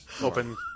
open